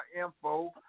info